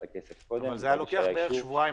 הכסף קודם --- זה היה לוקח בערך שבועיים,